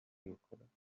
میکند